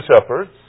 shepherds